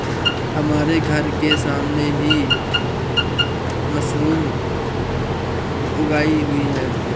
हमारे घर के सामने ही मशरूम उगी हुई है